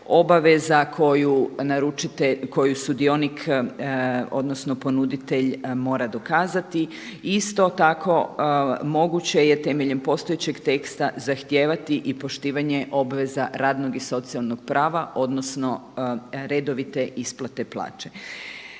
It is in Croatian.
obaveza koju sudionik odnosno ponuditelj mora dokazati. Isto tako moguće je temeljem postojećeg teksta zahtijevati i poštivanje obveza radnog i socijalnog prava odnosno redovite isplate plaća.